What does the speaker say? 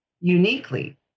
uniquely